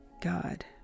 God